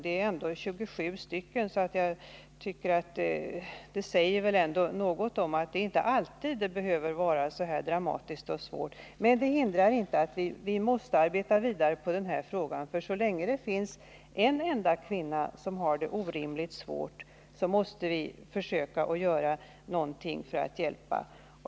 Det gäller ju 27 förlossningar, så det säger väl ändå något om att en förlossning inte alltid behöver vara så här dramatisk och svår. Men det hindrar inte att vi måste arbeta vidare på den här frågan. Så länge det finns en enda kvinna som har det orimligt svårt måste vi försöka göra något för att hjälpa.